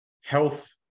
health